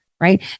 right